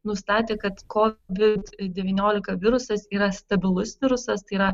nustatė kad kovid devyniolika virusas yra stabilus virusas tai yra